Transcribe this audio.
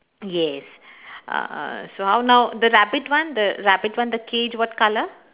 yes uh uh so how now the rabbit one the rabbit one the cage what colour